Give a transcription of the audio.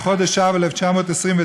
בחודש אב 1929,